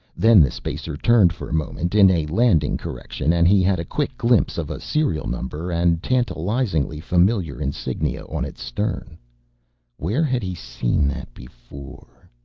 then the spacer turned for a moment, in a landing correction, and he had a quick glimpse of a serial number and tantalizingly familiar insignia on its stern where had he seen that before?